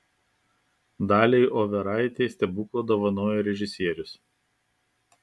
daliai overaitei stebuklą dovanojo režisierius